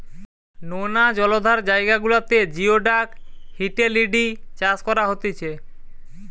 নোনা জলাধার জায়গা গুলাতে জিওডাক হিটেলিডি চাষ করা হতিছে